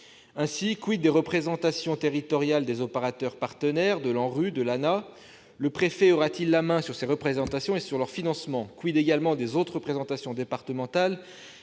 Ainsi, des représentations territoriales des opérateurs partenaires que sont l'ANRU et l'ANAH ? Le préfet aura-t-il la main sur ces représentations et sur leur financement ? également des autres représentations départementales